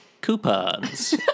coupons